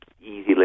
easy